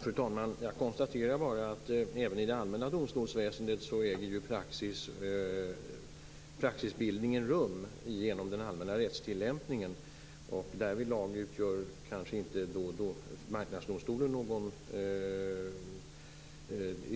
Fru talman! Jag konstaterar bara att även i det allmänna domstolsväsendet äger ju praxisbildningen rum genom den allmänna rättstillämpningen. Marknadsdomstolen utgör kanske